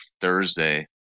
Thursday